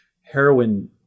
Heroin